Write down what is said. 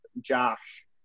Josh